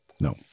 No